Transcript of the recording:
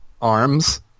Arms